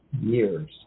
years